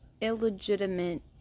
illegitimate